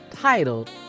titled